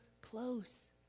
close